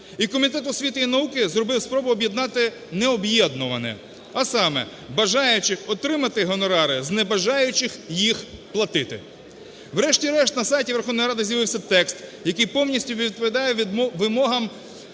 і Комітет освіти і науки зробив спробу об'єднати необ'єднуване, а саме: бажаючих отримати гонорари з небажаючих їх платити. Врешті-решт на сайті Верховної Ради з'явився текст, якій повністю відповідає вимогам,